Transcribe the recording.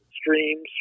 streams